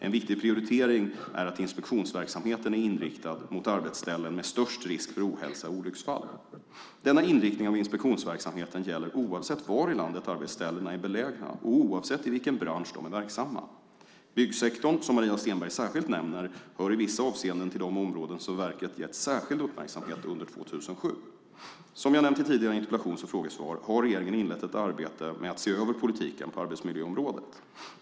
En viktig prioritering är att inspektionsverksamheten är inriktad mot arbetsställen med störst risk för ohälsa och olycksfall. Denna inriktning av inspektionsverksamheten gäller oavsett var i landet arbetsställena är belägna och oavsett i vilken bransch de är verksamma. Byggsektorn, som Maria Stenberg särskilt nämner, hör i vissa avseenden till de områden som verket gett särskild uppmärksamhet under 2007. Som jag nämnt i tidigare interpellations och frågesvar har regeringen inlett ett arbete med att se över politiken på arbetsmiljöområdet.